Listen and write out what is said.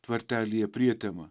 tvartelyje prietema